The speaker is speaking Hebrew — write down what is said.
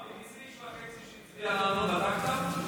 אבי, מי זה האיש וחצי שהצביע לנו, בדקת?